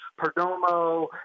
Perdomo